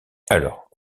alors